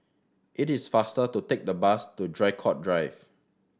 it is faster to take the bus to Draycott Drive